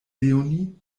leonie